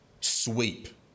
sweep